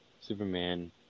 Superman